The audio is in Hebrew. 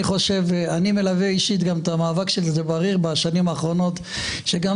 אני מלווה אישית את המאבק של בריר בשנים האחרונות שגם